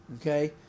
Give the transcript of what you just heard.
okay